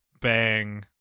bang